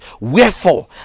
wherefore